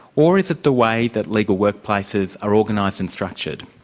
or is it the way that legal workplaces are organised and structured?